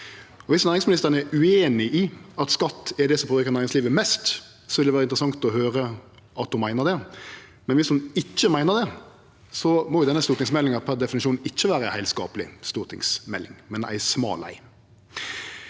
Om næringsministeren er ueinig i at skatt er det som påverkar næringslivet mest, vil det vere interessant å høyre at ho meiner det, men om ho ikkje meiner det, må denne stortingsmeldinga per definisjon ikkje vere ei heilskapleg